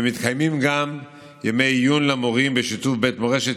ומתקיימים גם ימי עיון למורים בשיתוף בית מורשת